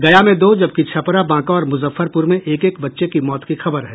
गया में दो जबकि छपरा बांका और मूजफ्फरपूर में एक एक बच्चे की मौत की खबर है